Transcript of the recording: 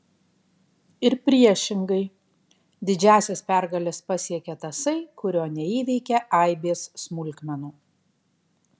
ir priešingai didžiąsias pergales pasiekia tasai kurio neįveikia aibės smulkmenų